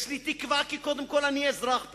יש לי תקווה, כי קודם כול אני אזרח פה.